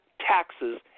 taxes